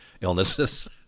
illnesses